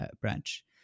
branch